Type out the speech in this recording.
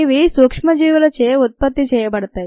ఇవి సూక్ష్మజీవులచే ఉత్పత్తి చేయబడతాయి